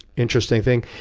interesting thing.